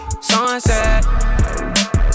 Sunset